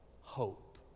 hope